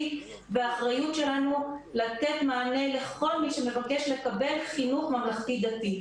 והאחריות שלנו לתת מענה לכל מי שמבקש לקבל חינוך ממלכתי-דתי,